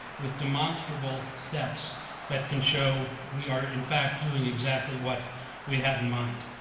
with demonstrable steps that can show we are, in fact, doing exactly what we had in mind.